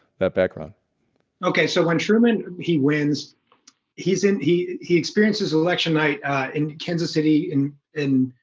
that background okay, so when truman he wins he's in he he experiences election night, ah in kansas city in in,